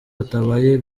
batabaye